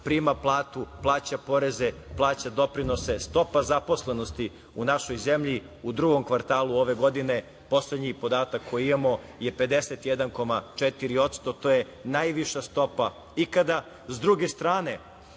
prima platu, plaća poreze, plaća doprinose. Stopa zaposlenosti u našoj zemlji u drugom kvartalu ove godine, poslednji podatak koji imamo, je 51,4%, što je najviša stopa ikada. S druge strane,